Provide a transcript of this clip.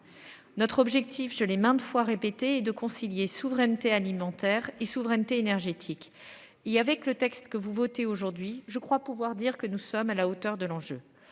Notre objectif, je les maintes fois répété et de concilier souveraineté alimentaire et souveraineté énergétique. Il y avait que le texte que vous votez. Aujourd'hui, je crois pouvoir dire que nous sommes à la hauteur de l'enjeu